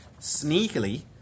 sneakily